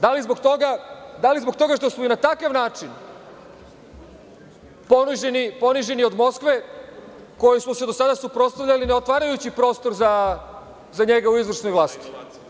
Da li zbog toga što smo i na takav način poniženi od Moskve, kojoj smo se do sada suprotstavljali, ne otvarajući prostor za njega u izvršnoj vlasti?